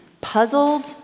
puzzled